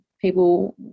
people